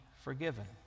forgiven